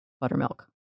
buttermilk